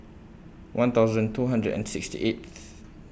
one thousand two hundred and sixty eighth